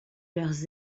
leurs